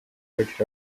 watch